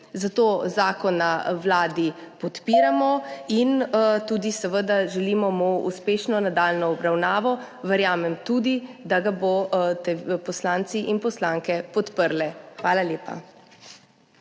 Zato zakon na Vladi podpiramo in mu tudi seveda želimo uspešno nadaljnjo obravnavo. Verjamem tudi, da ga boste poslanci in poslanke podprli. Hvala lepa.